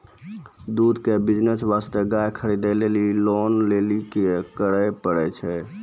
दूध के बिज़नेस वास्ते गाय खरीदे लेली लोन लेली की करे पड़ै छै?